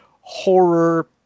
horror